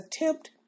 attempt